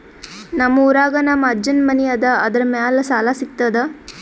ನಮ್ ಊರಾಗ ನಮ್ ಅಜ್ಜನ್ ಮನಿ ಅದ, ಅದರ ಮ್ಯಾಲ ಸಾಲಾ ಸಿಗ್ತದ?